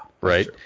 Right